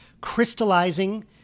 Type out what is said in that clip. crystallizing